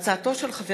הודעת שר